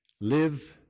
live